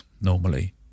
normally